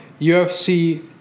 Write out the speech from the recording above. UFC